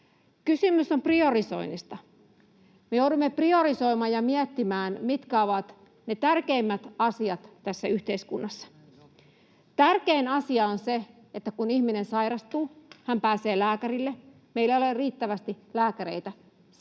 Kysymys on priorisoinnista. Me joudumme priorisoimaan ja miettimään, mitkä ovat ne tärkeimmät asiat tässä yhteiskunnassa. Tärkein asia on se, että kun ihminen sairastuu, hän pääsee lääkärille — meillä ei ole riittävästi lääkäreitä, ja